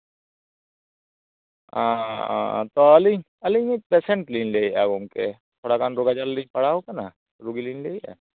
ᱛᱚ ᱟᱹᱞᱤᱧ ᱟᱹᱞᱤᱧ ᱯᱮᱥᱮᱱᱴ ᱞᱤᱧ ᱞᱟᱹᱭᱮᱫᱼᱟ ᱜᱚᱝᱠᱮ ᱛᱷᱚᱲᱟ ᱜᱟᱱ ᱨᱳᱜᱽ ᱟᱡᱟᱨ ᱨᱮᱞᱤᱧ ᱯᱟᱲᱟᱣ ᱠᱟᱱᱟ ᱨᱩᱜᱤ ᱞᱤᱧ ᱞᱟᱹᱭᱮᱫᱼᱟ